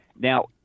Now